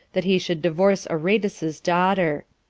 that he should divorce aretas's daughter.